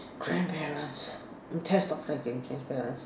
grandparents test outside can change parents